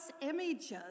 images